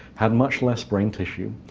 had much less brain tissue.